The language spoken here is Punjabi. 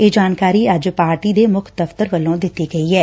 ਇਹ ਜਾਣਕਾਰੀ ਅੱਜ ਪਾਰਟੀ ਦੇ ਮੁੱਖ ਦਫ਼ਤਰ ਵੱਲੋਂ ਦਿੱਤੀ ਗਈ ਐ